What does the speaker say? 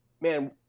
man –